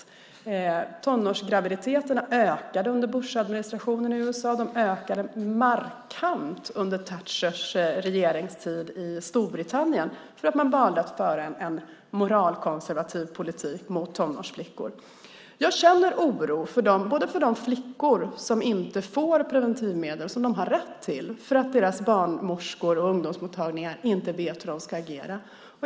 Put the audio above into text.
Antalet tonårsgraviditeter ökade under Bushadministrationen i USA, och det ökade markant under Thatchers regeringstid i Storbritannien därför att man valde att föra en moralkonservativ politik mot tonårsflickor. Jag känner oro för de flickor som inte får de preventivmedel som de har rätt till därför att deras barnmorskor och ungdomsmottagningar inte vet hur de ska agera.